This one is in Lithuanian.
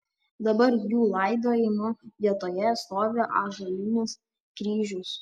dabar jų laidojimo vietoje stovi ąžuolinis kryžius